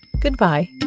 goodbye